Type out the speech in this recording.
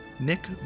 Nick